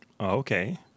Okay